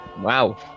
Wow